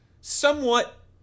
somewhat